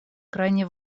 крайне